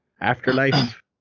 Afterlife